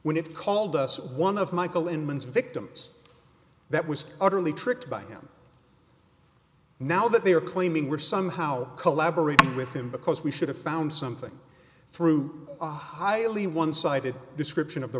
when it called us one of michael inman's victims that was utterly tricked by them now that they are claiming we're somehow collaborating with him because we should have found something through a highly one sided description of the